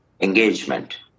engagement